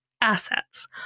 assets